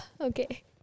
Okay